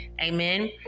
Amen